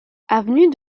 avenue